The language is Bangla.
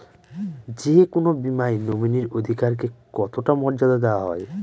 যে কোনো বীমায় নমিনীর অধিকার কে কতটা মর্যাদা দেওয়া হয়?